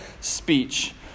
speech